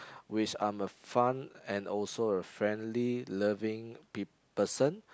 which I'm a fun and also a friendly loving peop~ person